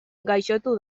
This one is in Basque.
gaixotu